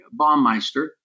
Baumeister